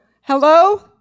Hello